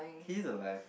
he's alive